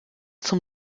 zum